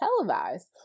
televised